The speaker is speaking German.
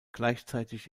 gleichzeitig